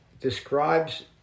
describes